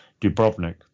Dubrovnik